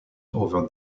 over